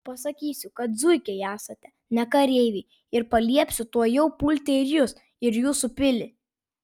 pasakysiu kad zuikiai esate ne kareiviai ir paliepsiu tuojau pulti ir jus ir jūsų pilį